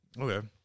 Okay